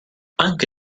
anche